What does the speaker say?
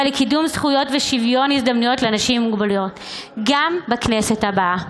לקידום זכויות ושוויון הזדמנויות לאנשים עם מוגבלויות גם בכנסת הבאה.